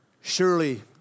Surely